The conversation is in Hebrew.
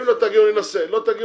אם לא תגיעו נחליט.